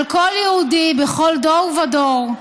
אבל כל יהודי, בכל דור ודור,